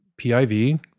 PIV